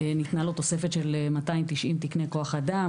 ניתנה לו תוספת של 290 תקני כוח אדם,